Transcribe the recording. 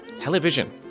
Television